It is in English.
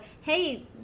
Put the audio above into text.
hey